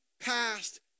past